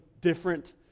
different